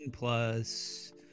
Plus